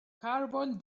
carbon